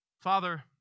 Father